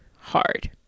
hard